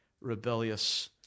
rebellious